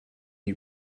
you